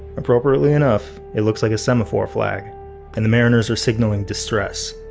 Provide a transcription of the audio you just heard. appropriately enough, it looks like a semaphore flag and the mariners are signaling distress.